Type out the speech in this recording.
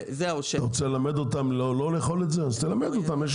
אתה רוצה ללמד אותם לא לאכול את זה אז תלמד אותם במשך השנים,